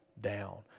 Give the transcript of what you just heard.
down